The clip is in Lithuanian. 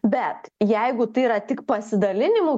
bet jeigu tai yra tik pasidalinimų